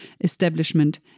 establishment